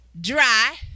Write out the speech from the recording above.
dry